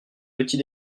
petit